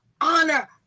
honor